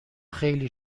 خیلی